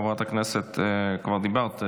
כבר דיברת,